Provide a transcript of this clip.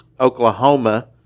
Oklahoma